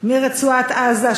מרצועת-עזה,